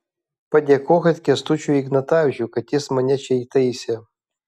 padėkokit kęstučiui ignatavičiui kad jis mane čia įtaisė